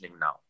now